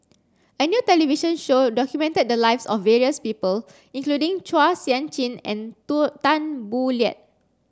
a new television show documented the lives of various people including Chua Sian Chin and Tu Tan Boo Liat